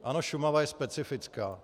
Ano, Šumava je specifická.